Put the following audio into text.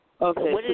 Okay